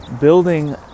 building